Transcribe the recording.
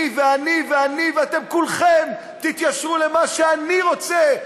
אני ואני ואני, ואתם כולכם תתיישרו למה שאני רוצה,